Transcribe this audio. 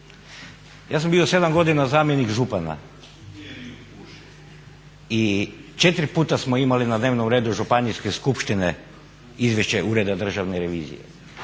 Ja sam bio 7 godina zamjenik župana i 4 puta smo imali na dnevnom redu županijske skupštine izvješće Ureda državne revizije.